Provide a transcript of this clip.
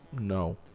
No